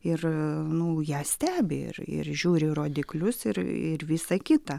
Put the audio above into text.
ir nu ją stebi ir ir žiūri rodiklius ir ir visa kita